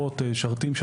שרתים,